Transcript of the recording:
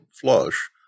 flush